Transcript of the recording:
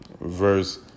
Verse